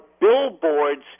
billboards